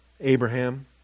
Abraham